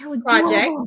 project